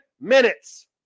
minutes